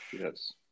Yes